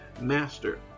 master